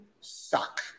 suck